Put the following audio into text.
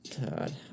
God